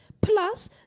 plus